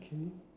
okay